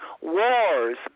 Wars